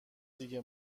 دیگه